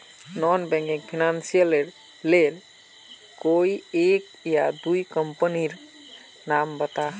Non banking financial लेर कोई एक या दो कंपनी नीर नाम बता?